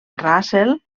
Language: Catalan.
russell